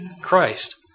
Christ